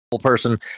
person